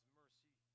mercy